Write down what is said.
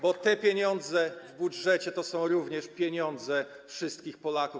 bo te pieniądze w budżecie to są również pieniądze wszystkich Polaków.